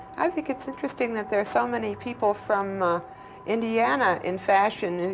i think it's interesting that there are so many people from indiana in fashion,